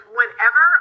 whenever